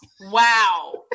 Wow